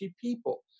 people